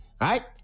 right